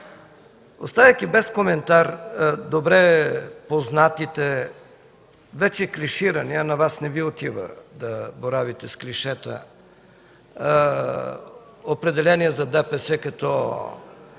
оставяйки без коментар добре познатите вече клиширани, а на Вас не Ви отива да боравите с клишета, определения за ДПС като